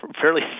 fairly